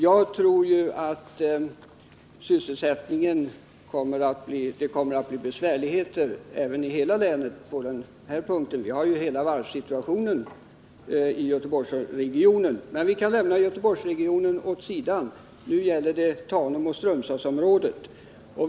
Jag tror att sysselsättningen kommer att få svårigheter i hela länet. Vi kan ju se på varvssituationen i Göteborgsregionen. Men jag skall lämna Göteborgsregionen åt sidan, för nu gäller det Tanum och Strömstadsområdet.